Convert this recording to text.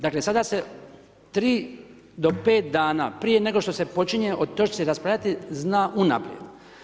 Dakle, sada se 3 do 5 dana prije nego što se počinje o točci raspravljati zna unaprijed.